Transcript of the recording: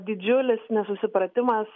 didžiulis nesusipratimas